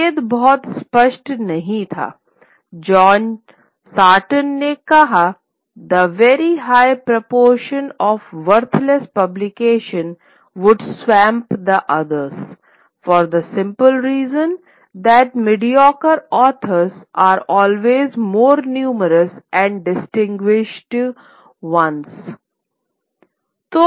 भेद बहुत स्पष्ट नहीं था जॉर्ज सार्टन ने कहा the very high proportion of worthless publications would swamp the others for the simple reason that mediocre author are always more numerous than distinguished ones the very high proportion of worthless publications would swamp the others for the simple reason that mediocre authors are always more numerous than distinguished ones "